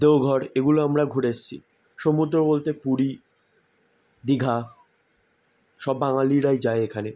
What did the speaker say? দেওঘর এগুলো আমরা ঘুরে এসেছি সমুদ্র বলতে পুরী দীঘা সব বাঙালিরাই যায় এখানে